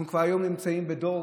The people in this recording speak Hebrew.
אנחנו היום נמצאים בדור